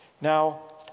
Now